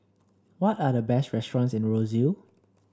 what are the best restaurants in Roseau